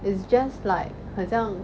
it's just like 很像